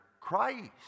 Christ